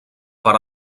per